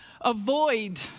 avoid